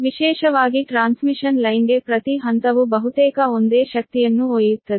ವಿಶೇಷವಾಗಿ ಟ್ರಾನ್ಸ್ಮಿಷನ್ ಲೈನ್ಗೆ ಪ್ರತಿ ಹಂತವು ಬಹುತೇಕ ಒಂದೇ ಶಕ್ತಿಯನ್ನು ಒಯ್ಯುತ್ತದೆ